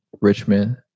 Richmond